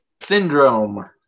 syndrome